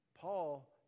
Paul